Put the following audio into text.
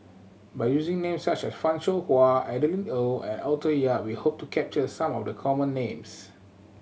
by using names such as Fan Shao Hua Adeline Ooi and Arthur Yap we hope to capture some of the common names